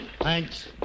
Thanks